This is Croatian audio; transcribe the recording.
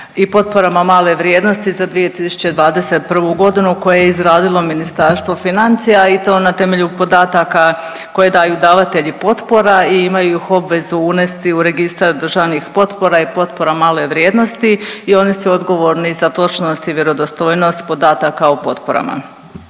i potporama male vrijednosti za 2021. g. koji je izradilo Ministarstvo financija i to na temelju podataka koji daju davatelji potpora i imaju ih obvezu unesti u Registar državnih potpora i potpora male vrijednosti i oni su odgovorni za točnost i vjerodostojnost podataka o potporama.